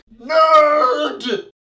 Nerd